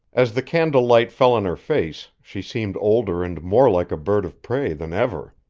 as the candlelight fell on her face, she seemed older and more like a bird of prey than ever.